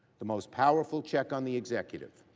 the most powerful check on the executive,